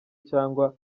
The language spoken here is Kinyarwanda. cyangwa